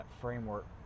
framework